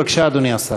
בבקשה, אדוני השר.